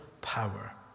power